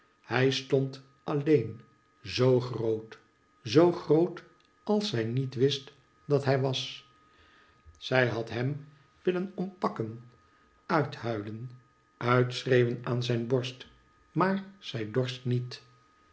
hij stond alleen zoo groot zoo groot als zij niet wist dat hij was zij had hem willen ompakken uithuilen uitschreeuwen aan zijn borst maar zij dorst niet